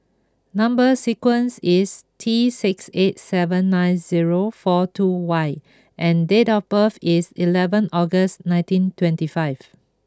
number sequence is T six eight seven nine zero four two Y and date of birth is eleven August nineteen twenty five